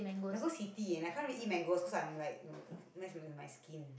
mangoes heaty and I can't really eat mangoes cause I'm like ugh mess with my skin